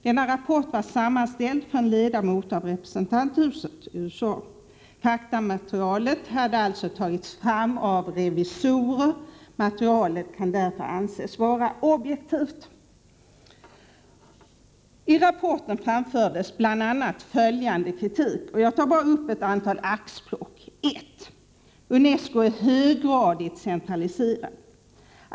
Denna rapport sammanställdes för en ledamot av representanthuset i USA. Faktamaterialet har alltså tagits fram av revisorer. Materialet kan därför anses vara objektivt. I rapporten framfördes bl.a. följande kritik. Vad jag här nämner är alltså bara ett axplock. UNESCO är ”höggradigt centraliserad”.